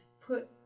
put